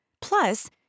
Plus